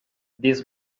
this